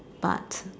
but